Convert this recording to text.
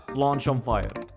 launchonfire